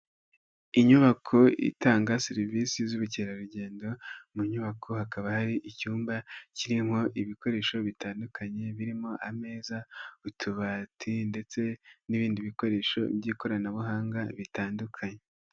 Inyubako itanga serivisi z'ubukerarugendo mu nyubako hakaba hari icyumba kirimo ibikoresho bitandukanye birimo ameza, utubati ndetse n'ibindi bikoresho by'ikoranabuhanga bitandukanye.